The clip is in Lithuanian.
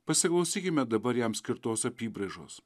pasiklausykime dabar jam skirtos apybraižos